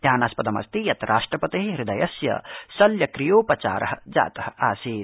ध्यानास्पदमस्ति यत् राष्ट्रपते हृदयस्य शल्यक्रियो पचार जात आसीत